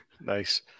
Nice